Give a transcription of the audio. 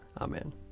Amen